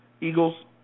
Eagles